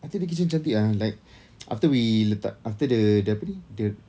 I think the kitchen cantik ah like after we letak after the apa ni the